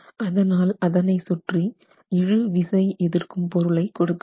அதனால் அதனை சுற்றி இழுவிசை எதிர்க்கும் பொருளை கொடுக்க வேண்டும்